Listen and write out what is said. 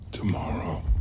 tomorrow